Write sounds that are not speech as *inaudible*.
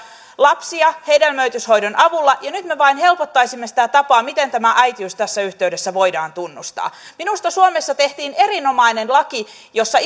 lapsia hedelmöityshoidon avulla ja nyt me vain helpottaisimme sitä tapaa miten tämä äitiys tässä yhteydessä voidaan tunnustaa minusta suomessa tehtiin erinomainen laki jossa *unintelligible*